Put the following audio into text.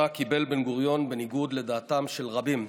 שאותה קיבל בן-גוריון בניגוד לדעתם של רבים.